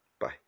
Bye